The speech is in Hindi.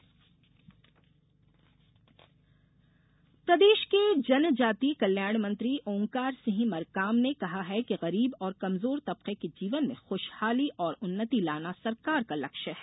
आपकी सरकार योजना प्रदेश के जनजातीय कल्याण मंत्री ओंकार सिंह मरकाम ने कहा है कि गरीब और कमजोर तबके के जीवन में खूशहाली और उन्नति लाना सरकार का लक्ष्य है